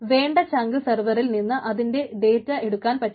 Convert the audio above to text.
വേണ്ട ചങ്ക് സർവറിൽ നിന്ന് അതിൻറെ ഡേറ്റ എടുക്കാൻ പറ്റും